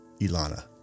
Ilana